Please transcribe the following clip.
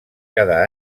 cada